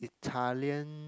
Italian